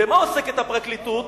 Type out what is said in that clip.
במה עוסקת הפרקליטות?